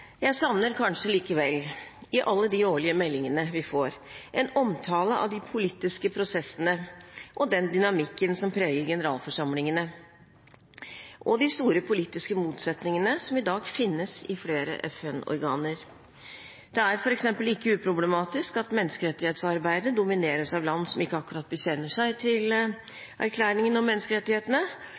Jeg savner kanskje likevel i alle de årlige meldingene vi får, en omtale av de politiske prosessene og av den dynamikken som preger generalforsamlingene og de store politiske motsetningene som i dag finnes i flere FN-organer. Det er f.eks. ikke uproblematisk at menneskerettighetsarbeidet domineres av land som ikke akkurat bekjenner seg til erklæringen om menneskerettighetene.